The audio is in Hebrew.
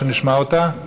שנשמע אותה?